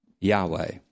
Yahweh